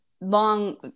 Long